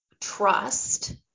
trust